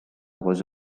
was